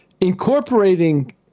incorporating